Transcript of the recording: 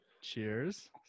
Cheers